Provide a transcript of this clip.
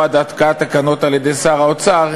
או עד התקנת תקנות על-ידי שר האוצר,